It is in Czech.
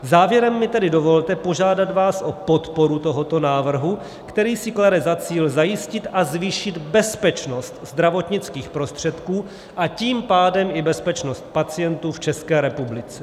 Závěrem mi tedy dovolte požádat vás o podporu tohoto návrhu, který si klade za cíl zajistit a zvýšit bezpečnost zdravotnických prostředků, a tím pádem i bezpečnost pacientů v České republice.